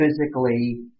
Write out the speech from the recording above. physically